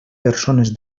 persones